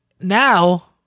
now